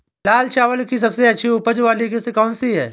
लाल चावल की सबसे अच्छी उपज वाली किश्त कौन सी है?